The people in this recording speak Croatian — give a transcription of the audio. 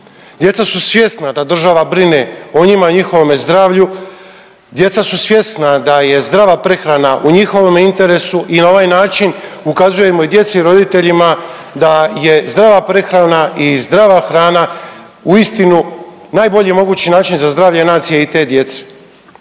Djeca su svjesna da država brine o njima i o njihovome zdravlju, djeca su svjesna da je zdrava prehrana u njihovome interesu i na ovaj način ukazujemo i djeci i roditeljima da je zdrava prehrana i zdrava hrana uistinu najbolji mogući način za zdravlje nacije i te djece.